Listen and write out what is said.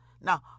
Now